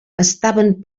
estaven